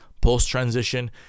post-transition